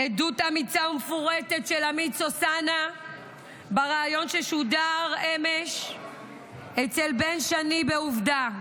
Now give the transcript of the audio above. עדות אמיצה ומפורטת של עמית סוסנה בריאיון ששודר אמש אצל בן שני בעובדה.